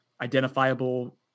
identifiable